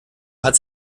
hat